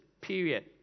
period